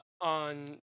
on